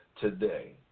today